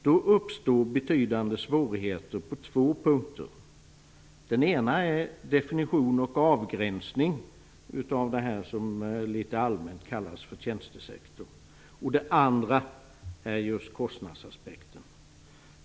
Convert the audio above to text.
Den ena punkten är definition och avgränsning av det som litet allmänt kallas för tjänstesektor. Den andra punkten är just kostnadsaspekten.